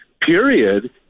period